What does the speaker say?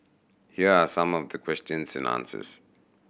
here are some of the questions and answers